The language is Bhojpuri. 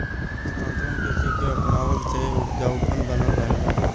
स्थानांतरण कृषि के अपनवला से उपजाऊपन बनल रहेला